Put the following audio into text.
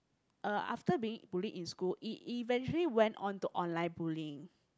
uh after being bullied in school it eventually went on to online bullying